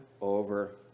over